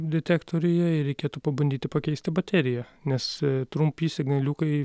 detektoriuje ir reikėtų pabandyti pakeisti bateriją nes trumpi signaliukai